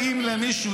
תוכנית ליום שאחרי.